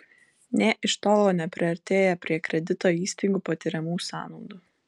nė iš tolo nepriartėja prie kredito įstaigų patiriamų sąnaudų